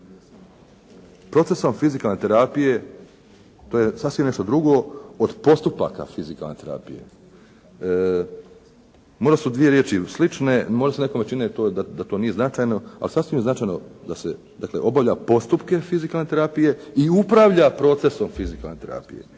Procesom fizikalne terapije, to je sasvim nešto drugo od postupaka fizikalne terapije. Možda su dvije riječi slične, možda se nekome čini da to nije značajno, al' sasvim značajno da se dakle obavlja postupke fizikalne terapije i upravlja procesom fizikalne terapije.